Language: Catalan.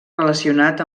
relacionat